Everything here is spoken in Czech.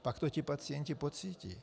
Pak to ti pacienti pocítí.